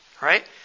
right